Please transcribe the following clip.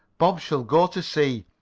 bob shall go to sea.